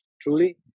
truly